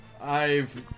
I've-